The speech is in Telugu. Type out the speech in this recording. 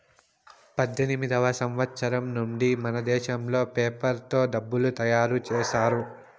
పద్దెనిమిదివ సంవచ్చరం నుండి మనదేశంలో పేపర్ తో డబ్బులు తయారు చేశారు